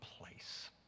place